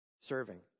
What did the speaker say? serving